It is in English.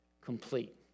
complete